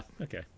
okay